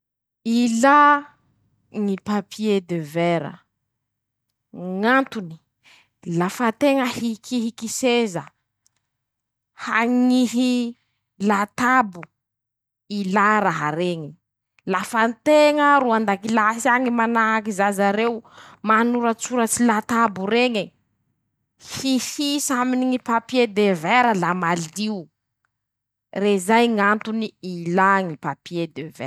Ilàa ñy papie devera, Ñ'antony: -Lafa teña hikihiky seza, añihy latabo, ilà raha reñy. -Lafa teña ro andakilasy añy manahaky zaza reo, manoratsoratsy latabo reñy, hihisa aminy ñy papie devera la malio, rezay ñ'antony ilà ñy papie.